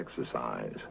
exercise